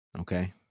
okay